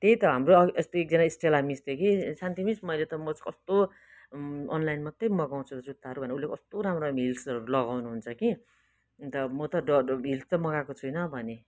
त्यही त हाम्रो अस्ति एकजना इस्टेला मिस थियो कि शान्ति मिस मैले त कस्तो अनलाइन मात्रै मगाउँछु जुत्ताहरू उसले कस्तो राम्रो राम्रो हिल्सहरू लगाउनु हुन्छ कि अन्त म त डर हिल्स त मगाएको छुइनँ भने